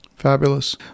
Fabulous